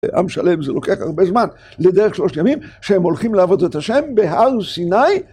עם שלם זה לוקח הרבה זמן, לדרך שלושת ימים שהם הולכים לעבוד את ה' בהר סיני